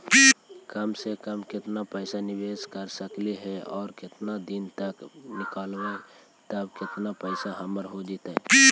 कम से कम केतना पैसा निबेस कर सकली हे और केतना दिन तक करबै तब केतना पैसा हमर हो जइतै?